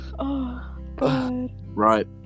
Right